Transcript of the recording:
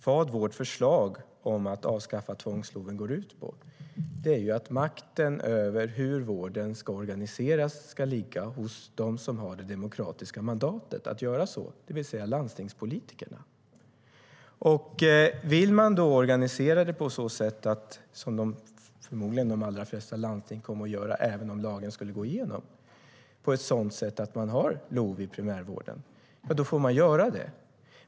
Vad vårt förslag om att avskaffa tvångs-LOV går ut på är att makten över hur vården ska organiseras ska ligga hos dem som har det demokratiska mandatet att göra så, det vill säga landstingspolitikerna. Om landstingen vill organisera sjukvården på så sätt - som förmodligen de flesta landsting kommer att göra även om lagen går igenom - att LOV används i primärvården får de göra så.